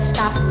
Stop